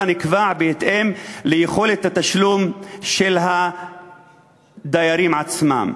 נקבע בהתאם ליכולת התשלום של הדיירים עצמם.